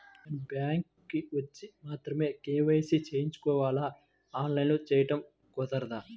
నేను బ్యాంక్ వచ్చి మాత్రమే కే.వై.సి చేయించుకోవాలా? ఆన్లైన్లో చేయటం కుదరదా?